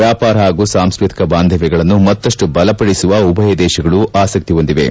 ವ್ಯಾಪಾರ ಹಾಗೂ ಸಾಂಸ್ಕೃತಿಕ ಬಾಂಧವ್ಯಗಳನ್ನು ಮತ್ತಪ್ಪು ಬಲಪಡಿಸುವ ಉಭಯ ದೇಶಗಳು ಆಸಕ್ತಿ ಹೊಂದಿವೆ